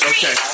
Okay